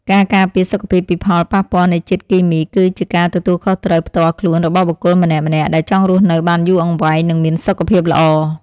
ការការពារសុខភាពពីផលប៉ះពាល់នៃជាតិគីមីគឺជាការទទួលខុសត្រូវផ្ទាល់ខ្លួនរបស់បុគ្គលម្នាក់ៗដែលចង់រស់នៅបានយូរអង្វែងនិងមានសុខភាពល្អ។